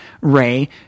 Ray